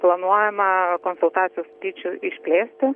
planuojamą konsultacijų skaičių išplėsti